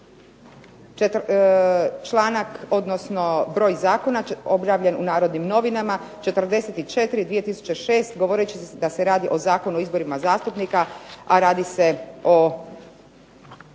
navodi pogrešno broj zakona objavljen u Narodnim novinama 44/2006 govoreći da se radi o Zakonu o izborima zastupnika, a radi se o